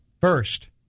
first